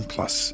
Plus